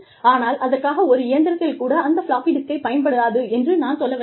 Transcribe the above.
ஆனால் அதற்காக ஒரு இயந்திரத்தில் கூட அந்த பிளாப்பி டிஸ்க்கை பயன்படாது என்று நான் சொல்ல வரவில்லை